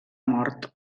mort